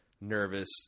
nervous